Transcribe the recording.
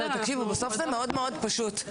בסוף זה מאוד פשוט.